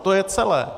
To je celé.